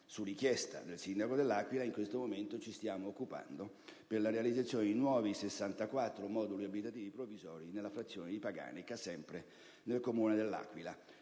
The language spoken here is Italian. Su richiesta del sindaco dell'Aquila, in questo momento ci stiamo occupando della realizzazione di 64 nuovi moduli abitativi provvisori nella frazione di Paganica, sempre nel comune dell'Aquila.